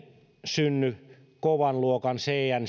synny kovan luokan cnc